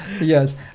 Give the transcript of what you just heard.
Yes